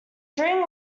during